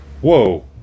Whoa